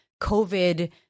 COVID